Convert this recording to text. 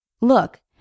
look